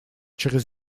через